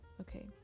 okay